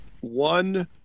one